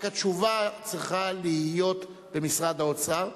רק התשובה צריכה להיות במשרד האוצר.